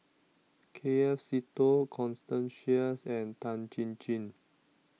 K F Seetoh Constance Sheares and Tan Chin Chin